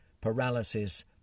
paralysis